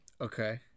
Okay